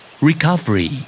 Recovery